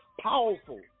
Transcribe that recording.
powerful